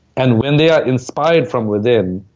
and when they are inspired from within,